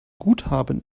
guthaben